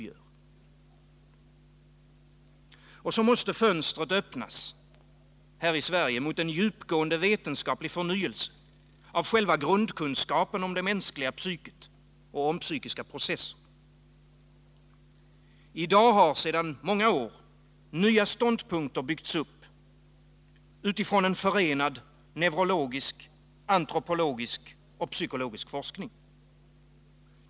Fönstret måste öppnas här i Sverige mot en djupgående vetenskaplig förnyelse av själva grundkunskapen om det mänskliga psyket och om psykiska processer. Sedan många år har nya ståndpunkter byggts upp utifrån en förenad neurologisk, antropologisk och psykologisk forskning.